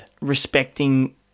respecting